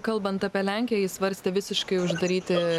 kalbant apie lenkiją ji svarstė visiškai uždaryti